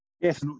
Yes